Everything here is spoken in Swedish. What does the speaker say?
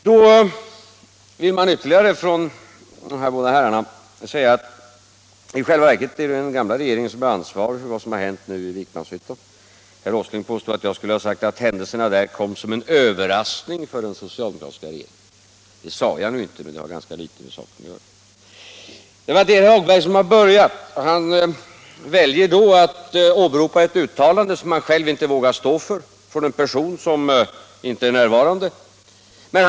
Men de här båda herrarna säger sedan ytterligare att det i själva verket är den gamla regeringen som är ansvarig för vad som hänt i Vikmanshyttan. Herr Åsling påstår att jag skulle ha sagt att händelserna där kom som en överraskning för den socialdemokratiska regeringen. Det sade jag nu inte, men det har ganska litet med saken att göra. Det var herr Hagberg som började denna debatt. Han valde att åberopa ett uttalande, som han själv inte vågar stå för, av en person som inte är närvarande här.